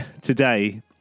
today